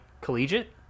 collegiate